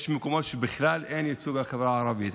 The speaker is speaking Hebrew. ויש מקומות שבכלל אין ייצוג לחברה הערבית.